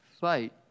Fight